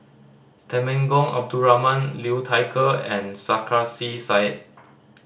Temenggong Abdul Rahman Liu Thai Ker and Sarkasi Said